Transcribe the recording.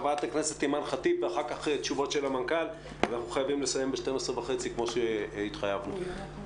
אשתדל לעשות את זה קצר.